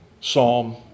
psalm